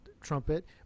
trumpet